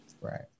Right